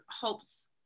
hopes